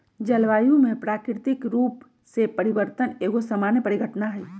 जलवायु में प्राकृतिक रूप से परिवर्तन एगो सामान्य परिघटना हइ